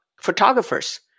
photographers